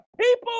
people